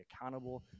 accountable